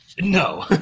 No